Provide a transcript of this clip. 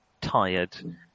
tired